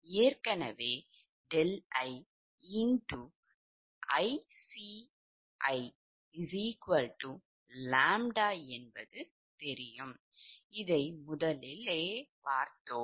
ஏற்கனவே Li ICiʎ என்பது தெரியும் இதை முதலில் பார்த்தோம்